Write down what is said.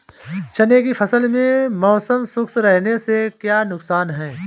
चने की फसल में मौसम शुष्क रहने से क्या नुकसान है?